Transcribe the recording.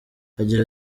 agira